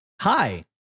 hi